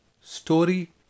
Story